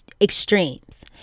extremes